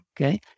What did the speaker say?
Okay